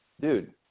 dude